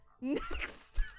Next